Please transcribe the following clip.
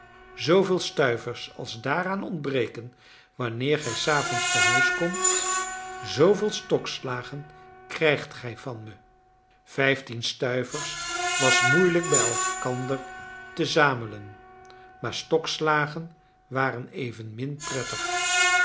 zooveel stuivers als daaraan ontbreken wanneer gij s avonds tehuis komt zooveel stokslagen krijgt gij van me vijftien stuivers was moeilijk bij elkander te zamelen maar stokslagen waren evenmin prettig